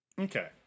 Okay